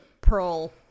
pearl